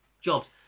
jobs